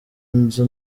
nzu